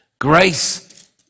Grace